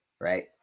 right